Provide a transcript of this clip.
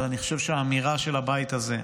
אבל אני חושב שהאמירה של הבית הזה,